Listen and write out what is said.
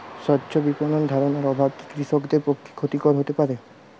স্বচ্ছ বিপণন ধারণার অভাব কি কৃষকদের পক্ষে ক্ষতিকর হতে পারে?